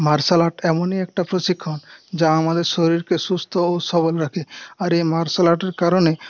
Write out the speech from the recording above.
martial art এমনই একটা প্রশিক্ষণ যা আমাদের শরীরকে সুস্থ ও সবল রাখে আর এই মার্শাল আর্টের কারণে